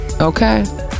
Okay